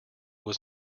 was